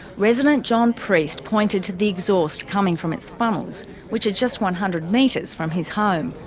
resident john priest pointed to the exhaust coming from its funnels which are just one hundred metres from his home.